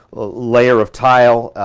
layer of tile.